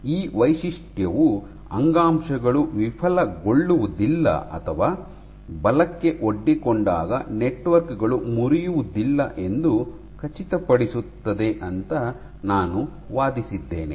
ಈ ವೈಶಿಷ್ಟ್ಯವು ಅಂಗಾಂಶಗಳು ವಿಫಲಗೊಳ್ಳುವುದಿಲ್ಲ ಅಥವಾ ಬಲಕ್ಕೆ ಒಡ್ಡಿಕೊಂಡಾಗ ನೆಟ್ವರ್ಕ್ ಗಳು ಮುರಿಯುವುದಿಲ್ಲ ಎಂದು ಖಚಿತಪಡಿಸುತ್ತದೆ ಅಂತ ನಾನು ವಾದಿಸಿದ್ದೇನೆ